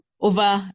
over